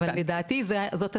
אבל לדעתי זאת התשובה.